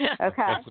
Okay